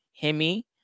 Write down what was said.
Hemi